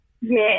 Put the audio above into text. Yes